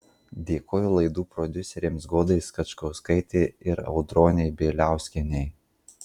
dėkoju laidų prodiuserėms godai skačkauskaitei ir audronei bieliauskienei